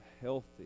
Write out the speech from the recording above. healthy